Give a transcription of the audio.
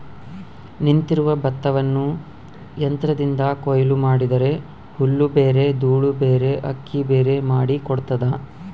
ನಿಂತಿರುವ ಭತ್ತವನ್ನು ಯಂತ್ರದಿಂದ ಕೊಯ್ಲು ಮಾಡಿದರೆ ಹುಲ್ಲುಬೇರೆ ದೂಳುಬೇರೆ ಅಕ್ಕಿಬೇರೆ ಮಾಡಿ ಕೊಡ್ತದ